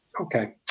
Okay